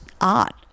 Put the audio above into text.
art